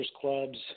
clubs